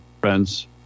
friends